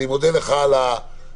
אני מודה לך על ההקשבה,